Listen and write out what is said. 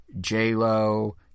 J-Lo